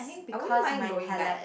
I won't mind going back